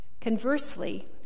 Conversely